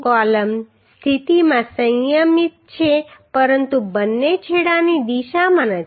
column સ્થિતિમાં સંયમિત છે પરંતુ બંને છેડાની દિશામાં નથી